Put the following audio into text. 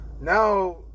now